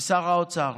שר האוצר